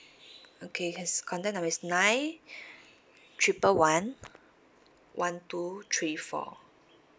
okay his contact number is nine triple one one two three four